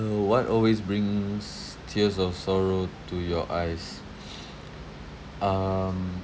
what always brings tears of sorrow to your eyes um